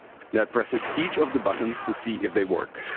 that presses each of the buttons to see if they work.